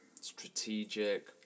strategic